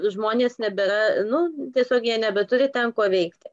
žmonės nebėra nu tiesiog jie nebeturi ten ko veikti